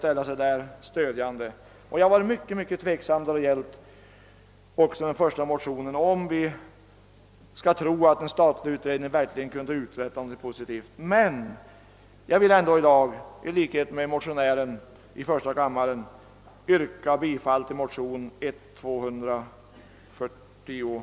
Jag har också varit mycket tveksam då det gäller motionen I:247 och om vi skulle tro att en statlig utredning verkligen kan uträtta någonting positivt, men jag vill ändå — i likhet med motionären själv i första kammaren — yrka bifall till denna motion.